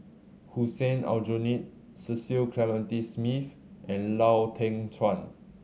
Hussein Aljunied Cecil Clementi Smith and Lau Teng Chuan